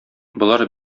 болар